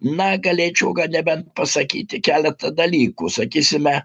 na galėčiau nebent pasakyti keletą dalykų sakysime